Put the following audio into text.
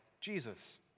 jesus